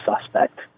suspect